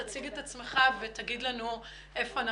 תציג את עצמך ותגיד לנו היכן אנחנו